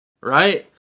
right